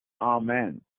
Amen